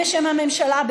בשם הממשלה,